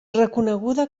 reconeguda